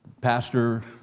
pastor